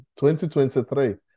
2023